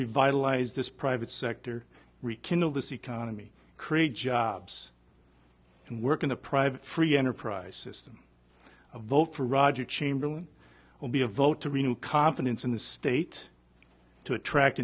revitalize this private sector rekindle the sea kind of me create jobs and work in the private free enterprise system a vote for roger chamberlain will be a vote to renew confidence in the state to attract